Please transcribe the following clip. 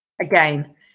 Again